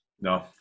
no